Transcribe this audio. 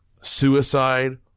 suicide